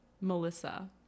Melissa